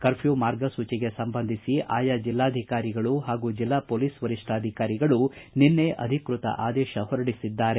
curfew ಮಾರ್ಗಸೂಚಿಗೆ ಸಂಬಂಧಿಸಿ ಆಯಾ ಜಿಲ್ಲಾಧಿಕಾರಿಗಳು ಹಾಗೂ ಜಿಲ್ಲಾ ಪೊಲೀಸ್ ವರಿಷ್ಠಾಧಿಕಾರಿಗಳು ನಿನ್ನೆ ಅಧಿಕೃತ ಆದೇಶ ಹೊರಡಿಸಿದ್ದಾರೆ